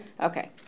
Okay